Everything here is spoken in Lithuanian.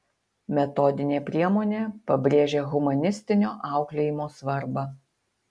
metodinė priemonė pabrėžia humanistinio auklėjimo svarbą